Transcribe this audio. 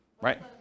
Right